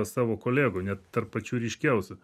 savo kolegų net tarp pačių ryškiausių